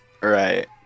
Right